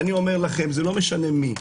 אני אומר לכם זה לא משנה מי,